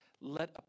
let